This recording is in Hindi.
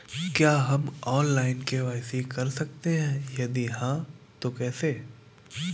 क्या हम ऑनलाइन के.वाई.सी कर सकते हैं यदि हाँ तो कैसे?